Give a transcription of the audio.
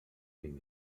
thing